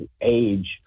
age